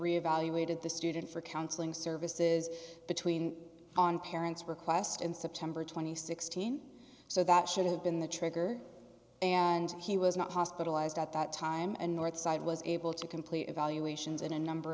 reevaluated the student for counseling services between on parents request in september th teen so that should have been the trigger and he was not hospitalized at that time and northside was able to complete evaluations in a number